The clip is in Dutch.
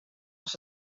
was